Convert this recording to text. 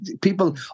People